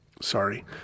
Sorry